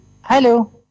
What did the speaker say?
Hello